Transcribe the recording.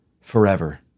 forever